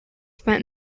spent